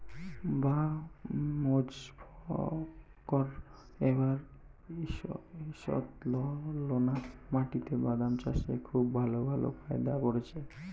বাঃ মোজফ্ফর এবার ঈষৎলোনা মাটিতে বাদাম চাষে খুব ভালো ফায়দা করেছে